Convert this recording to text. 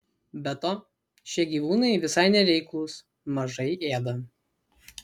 be to šie gyvūnai visai nereiklūs mažai ėda